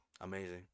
Amazing